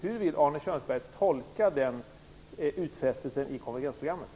Hur vill Arne Kjörnsberg tolka den utfästelsen i konvergensprogrammet?